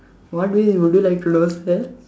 what way would you like to know sir